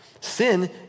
Sin